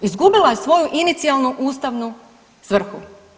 Izgubila je svoju inicijalnu ustavnu svrhu.